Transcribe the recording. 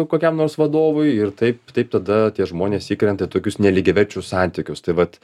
kokiam nors vadovui ir taip taip tada tie žmonės įkrenta į tokius nelygiaverčius santykius tai vat